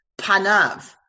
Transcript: Panav